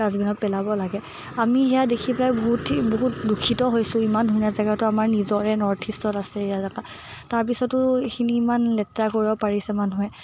ডাষ্টবিনত পেলাব লাগে আমি সেয়া দেখি পেলাই বহুত দুখিত হৈছোঁ ইমান ধুনীয়া জেগাটো আমাৰ নিজৰে নৰ্থ ইষ্টত আছে তাৰপিছতো এইখিনি ইমান লেতেৰা কৰিব পাৰিছে মানুহে